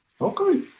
Okay